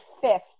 fifth